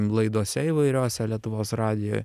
laidose įvairiose lietuvos radijo